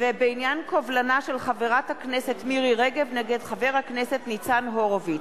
ובעניין קובלנה של חברת הכנסת מירי רגב נגד חבר הכנסת ניצן הורוביץ.